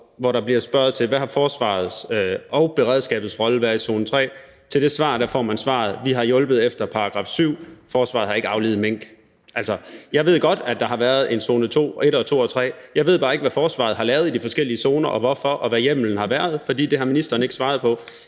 op, hvor der bliver spurgt til, hvad forsvarets og beredskabets rolle har været i zone 3. Til det spørgsmål får man svaret: Vi har hjulpet efter § 7. Forsvaret har ikke aflivet mink. Jeg ved godt, at der har været en zone 1 og 2 og 3. Jeg ved bare ikke, hvad forsvaret har lavet i de forskellige zoner, og hvorfor, og hvad hjemmelen har været, for det har ministeren ikke svaret på.